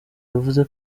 yavuze